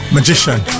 Magician